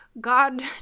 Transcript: God